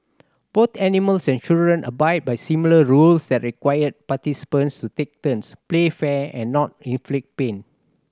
both animals and children abide by similar rules that require participants to take turns play fair and not inflict pain